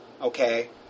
Okay